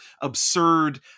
absurd